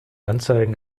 anzeigen